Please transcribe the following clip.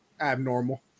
abnormal